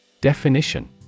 Definition